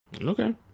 Okay